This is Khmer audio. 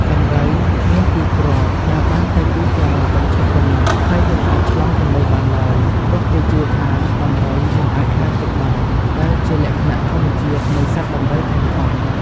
ដំរី មានពីរគ្រាប់ ដើរបានតែពីរក្រឡាបញ្ឆិតប៉ុណ្ណោះ ហើយមិនអាចឆ្លងទន្លេបានឡើយ ព្រោះគេជឿថាដំរីមិនអាចហែលទឹកបាន ដែលជាលក្ខណៈធម្មជាតិនៃសត្វដំរីធំៗ។